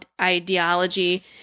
ideology